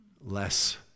less